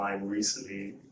recently